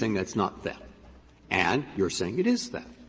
that's not that and you're saying it is that,